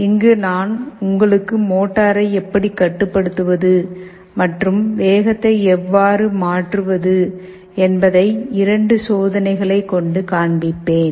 இங்கு நான் உங்களுக்கு மோட்டாரை எப்படி கட்டுப்படுத்துவது மற்றும் வேகத்தை எவ்வாறு மாற்றுவது என்பதை இரண்டு சோதனைகளை கொண்டு காண்பிப்பேன்